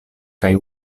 kaj